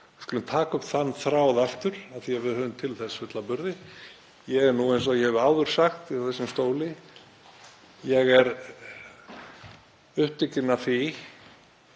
skulum taka upp þann þráð aftur af því að við höfum til þess fulla burði. Ég er, eins og ég hef áður sagt úr þessum stóli, upptekinn af því